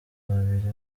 babiri